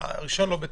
והרשיון לא בתוקף,